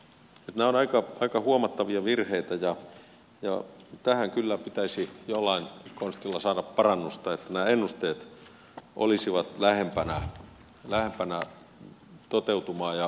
nämä ovat aika huomattavia virheitä ja tähän kyllä pitäisi jollain konstilla saada parannusta jotta nämä ennusteet olisivat lähempänä toteutumaa ja tarkentuisivat aikaisemmin